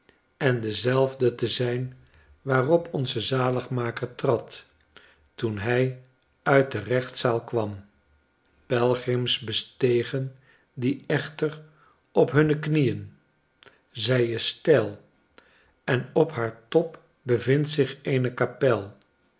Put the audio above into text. en dezelfde te zyn waarop onze zaligmaker trad toen hij uit de gerechtszaal kwam pelgrim s bestegen die echter op hunne knieen zij is steil en op haar top bevindtzich eenekapel